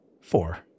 Four